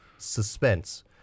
suspense